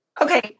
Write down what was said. Okay